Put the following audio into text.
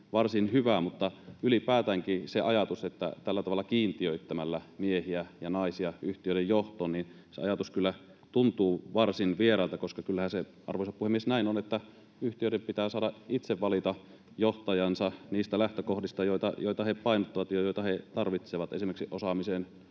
varsin hyvä, mutta ylipäätäänkin se ajatus, että tällä tavalla kiintiöittämällä miehiä ja naisia yhtiöiden johtoon, kyllä tuntuu varsin vieraalta, koska kyllähän se, arvoisa puhemies, näin on, että yhtiöiden pitää saada itse valita johtajansa niistä lähtökohdista, joita he painottavat ja joita he tarvitsevat esimerkiksi osaamisen,